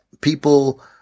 people